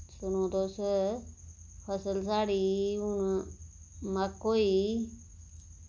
सुनो तुस फसल साढ़ी हुन मक्क होई